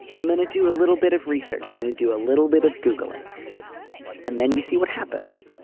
i'm going to do a little bit of research. i'm going to do a little bit of googling and then you see what happens